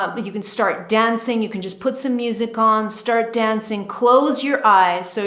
ah, but you can start dancing. you can just put some music on, start dancing, close your eyes. so